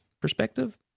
perspective